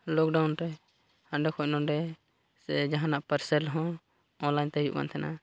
lockdown ᱨᱮ ᱦᱟᱸᱰᱮ ᱠᱷᱚᱱ ᱱᱚᱸᱰᱮ ᱥᱮ ᱡᱟᱦᱟᱱᱟᱜ ᱯᱟᱨᱥᱮᱞ ᱦᱚᱸ ᱚᱱᱞᱟᱭᱤᱱ ᱦᱤᱡᱩᱜ ᱠᱟᱱ ᱛᱟᱦᱮᱱᱟ